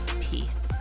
peace